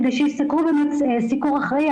כדי שיסקרו סיקור אחראי,